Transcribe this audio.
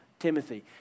Timothy